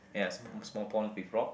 ya sm~ small prawns with rock